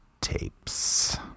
tapes